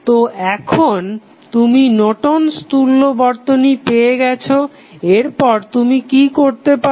তো এখন তুমি নর্টন'স তুল্য Nortons equivalent বর্তনী পেয়ে গেছো এরপর তুমি কি করতে পারো